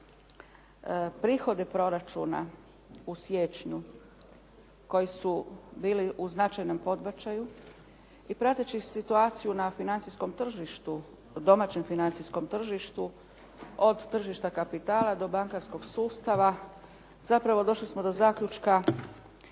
prihode proračuna i siječnju koji su bili u značajnom podbačaju i prateći situaciju na financijskom tržištu, domaćem financijskom tržištu od tržišta kapitala do bankarskog sustava zapravo došli smo do zaključka